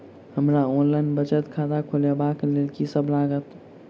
हमरा ऑनलाइन बचत खाता खोलाबै केँ लेल की सब लागत?